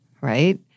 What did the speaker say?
Right